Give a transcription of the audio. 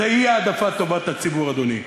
זה יהיה העדפת טובת הציבור, אדוני.